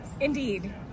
Indeed